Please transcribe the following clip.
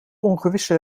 ongewisse